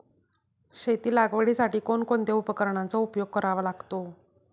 शेती लागवडीसाठी कोणकोणत्या उपकरणांचा उपयोग करावा लागतो?